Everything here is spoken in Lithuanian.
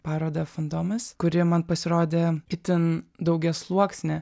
parodą fantomas kuri man pasirodė itin daugiasluoksnė